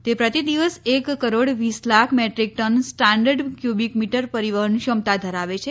તે પ્રતિ દિવસ એક કરોડ વીસ lakh metric ton standard cubic metre પરીવહન ક્ષમતા ધરાવે છે